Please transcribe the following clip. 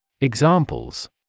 Examples